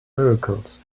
miracles